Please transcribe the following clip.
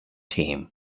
team